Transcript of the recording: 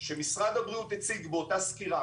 שמשרד הבריאות הציג באותה סקירה,